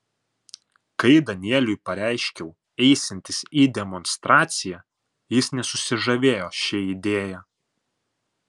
kai danieliui pareiškiau eisiantis į demonstraciją jis nesusižavėjo šia idėja